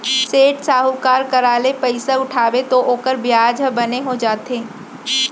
सेठ, साहूकार करा ले पइसा उठाबे तौ ओकर बियाजे ह बने हो जाथे